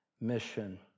mission